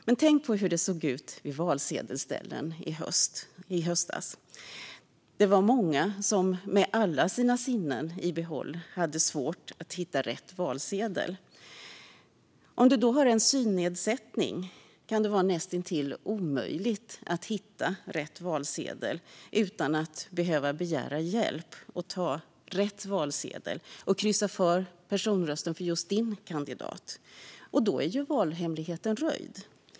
Men tänk på hur det såg ut i valsedelsställen i höstas! Det var många med alla sinnen i behåll som hade svårt att hitta rätt valsedel. Om du då har en synnedsättning kan det vara näst intill omöjligt att hitta rätt valsedel utan att behöva begära hjälp för att hitta och ta rätt valsedel och kryssa i din personröst för just din kandidat. Då är ju valhemligheten röjd.